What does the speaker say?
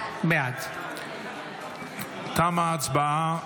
בעד תמה ההצבעה.